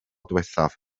diwethaf